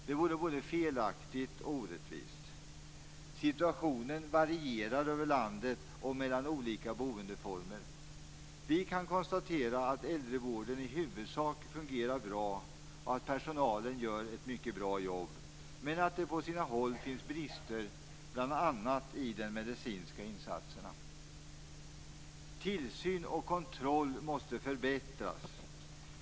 Det vore både felaktigt och orättvist. Situationen varierar över landet och mellan olika boendeformer. Vi kan konstatera att äldrevården i huvudsak fungerar bra och att personalen gör ett mycket bra jobb, men att det på sina håll finns brister i bl.a. de medicinska insatserna. Tillsynen och kontrollen måste också förbättras.